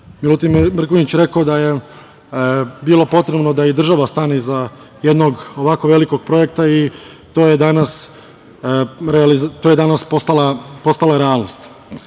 Milutin Mrkonjić rekao da je bilo potrebno da i država stane iza jednog ovako velikog projekta i to je danas postala realnost. Takođe,